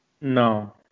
No